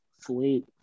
Sweet